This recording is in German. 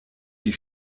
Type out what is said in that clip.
die